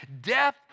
Death